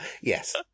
yes